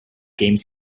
games